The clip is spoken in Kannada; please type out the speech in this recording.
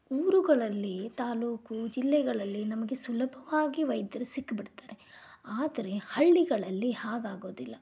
ಊರುಗಳಲ್ಲಿ ತಾಲ್ಲೂಕು ಜಿಲ್ಲೆಗಳಲ್ಲಿ ನಮಗೆ ಸುಲಭವಾಗಿ ವೈದ್ಯರು ಸಿಕ್ಬಿಡ್ತಾರೆ ಆದರೆ ಹಳ್ಳಿಗಳಲ್ಲಿ ಹಾಗಾಗೋದಿಲ್ಲ